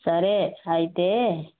సరే అయితే